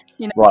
Right